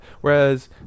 Whereas